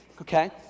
okay